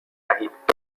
دهید